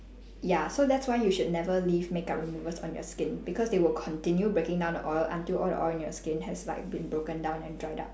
ya so that's why you should never leave makeup removers on your skin because they will continue breaking down the oil until all the oil in your skin has like been broken down and dried up